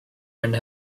and